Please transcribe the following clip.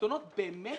באמת